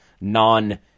non